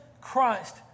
Christ